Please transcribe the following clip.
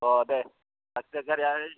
अ दे आस्सा गारिया